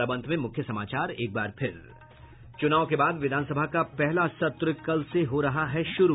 और अब अंत में मुख्य समाचार चुनाव के बाद विधानसभा का पहला सत्र कल से हो रहा है शुरू